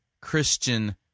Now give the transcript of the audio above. Christian